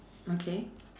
okay